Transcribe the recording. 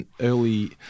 early